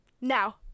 Now